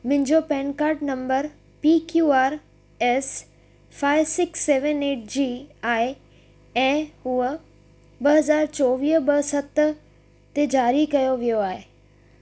मुंहिंजो PAN card नम्बर P Q R S five six seven eight G आहे हूअ ॿ हज़ार चोवीअह ॿ सत ते जारी कयो वियो आहे